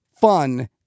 fun